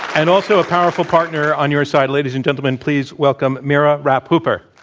and also, a powerful partner on your side. ladies and gentlemen, please welcome mira rapp-hooper.